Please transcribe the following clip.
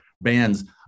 bands